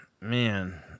Man